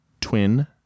twin